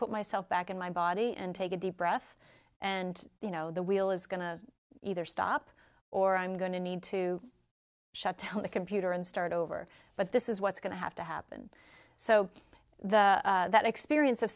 put myself back in my body and take a deep breath and you know the wheel is going to either stop or i'm going to need to shut down the computer and start over but this is what's going to have to happen so the that experience of